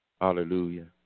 Hallelujah